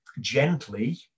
gently –